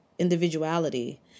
individuality